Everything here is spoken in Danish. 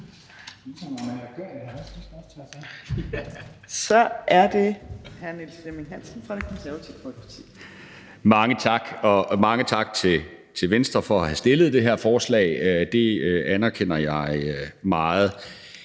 (Ordfører) Niels Flemming Hansen (KF): Mange tak, og mange tak til Venstre for at have fremsat det her forslag. Det anerkender jeg meget.